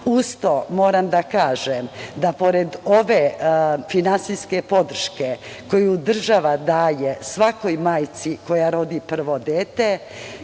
to moram da kažem da pored ove finansijske podrške koju država daje svakoj majci koja rodi prvo dete,